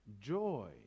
joy